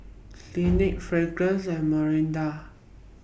Clinique Fragrance and Mirinda